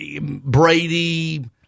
Brady